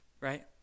right